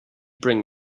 bring